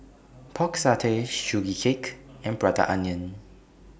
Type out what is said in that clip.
Pork Satay Sugee Cake and Prata Onion